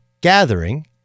gathering